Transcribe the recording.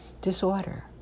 disorder